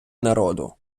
народу